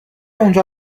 اونجا